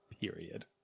period